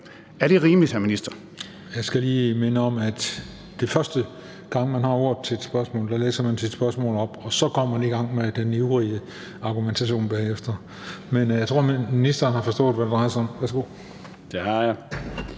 fg. formand (Christian Juhl): Jeg skal lige minde om, at den første gang, man har ordet til et spørgsmål, læser man sit spørgsmål op, og så går man i gang med den øvrige argumentation bagefter. Men jeg tror, at ministeren har forstået, hvad det drejer sig om. Værsgo. Kl.